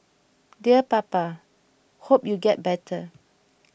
dear Papa hope you get better